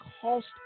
Cost